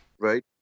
right